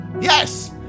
Yes